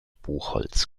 buchholz